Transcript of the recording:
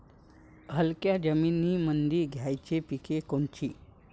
हलक्या जमीनीमंदी घ्यायची पिके कोनची?